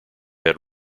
had